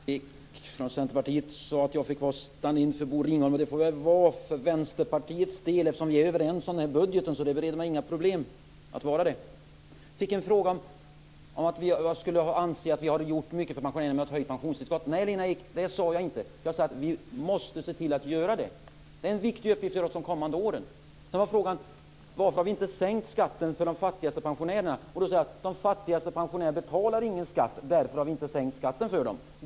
Fru talman! Lena Ek från Centerpartiet sade att jag får vara stand-in för Bosse Ringholm. Det får jag väl då vara för Vänsterpartiets del eftersom vi är överens om budgeten. Det bereder mig alltså inga problem att vara det. Vidare handlar det om att jag skulle anse att vi har gjort mycket för pensionärerna genom att höja pensionstillskottet. Nej, Lena Ek, det sade jag inte. Jag sade att vi måste se till att göra det. Det är en viktig uppgift för oss under de kommande åren. Sedan handlade det om varför vi inte har sänkt skatten för de fattigaste pensionärerna. Jag sade att de fattigaste pensionärerna betalar ingen skatt och därför har vi inte sänkt skatten för dem.